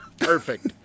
Perfect